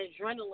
adrenaline